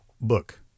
book